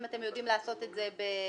אם אתם יודעים לעשות את זה ביומיים,